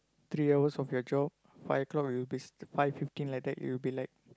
three hours of your job five o-clock it will be five fifteen like that you will be like